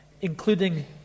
including